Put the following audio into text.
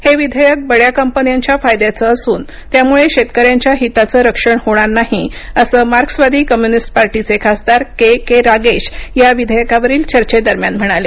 हे विधेयक बड्या कंपन्यांच्या फायद्याचं असून यामुळे शेतकऱ्यांच्या हिताचं रक्षण होणार नाही असं मार्क्स वादी कम्युनिस्ट पार्टीचे खासदार के के रागेश या विधेयकावरील चर्चे दरम्यान म्हणाले